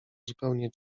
zupełnie